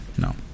No